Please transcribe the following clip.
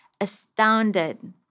astounded